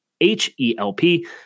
H-E-L-P